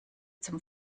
zum